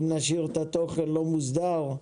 אם נשאיר את התוכן לא מוסדר.